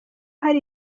hari